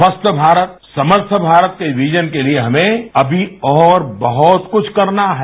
स्वस्थ्य भारत समर्थ भारत के विजन के लिए हमें अभी और बहुत कुछ करना है